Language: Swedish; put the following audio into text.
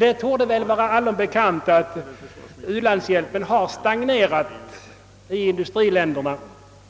Det torde vara allom bekant att ulandshjälpen stagnerat i industriländerna,